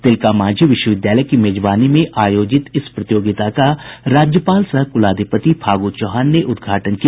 तिलकामांझी विश्वविद्यालय की मेजबानी में आयोजित इस प्रतियोगिता का राज्यपाल सह कुलाधिपति फागू चौहान ने उद्घाटन किया